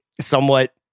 somewhat